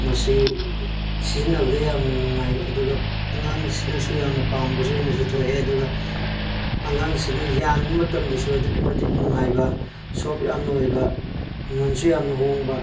ꯃꯁꯤ ꯁꯤꯖꯤꯟꯅꯕꯗ ꯌꯥꯝꯅ ꯅꯨꯡꯉꯥꯏ ꯑꯗꯨꯒ ꯑꯉꯥꯡꯁꯤꯅꯁꯨ ꯌꯥꯝꯅ ꯄꯥꯝꯕꯁꯨ ꯑꯣꯏꯅꯁꯨ ꯊꯣꯛꯑꯦ ꯑꯗꯨꯒ ꯑꯉꯥꯡꯁꯤꯅ ꯌꯥꯟꯕ ꯃꯇꯝꯗꯁꯨ ꯑꯗꯨꯛꯀꯤ ꯃꯇꯤꯛ ꯅꯨꯡꯉꯥꯏꯕ ꯁꯣꯞ ꯌꯥꯝꯅ ꯑꯣꯏꯕ ꯃꯃꯟꯁꯨ ꯌꯥꯝꯅ ꯍꯣꯡꯕ